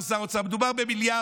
אמר שר האוצר, מדובר במיליארדים.